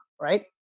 right